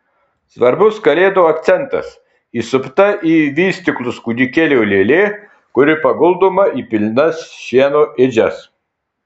svarbus kalėdų akcentas įsupta į vystyklus kūdikėlio lėlė kuri paguldoma į pilnas šieno ėdžias